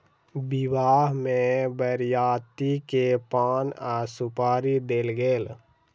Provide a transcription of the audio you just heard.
विवाह में बरियाती के पान आ सुपारी देल गेल